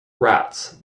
rats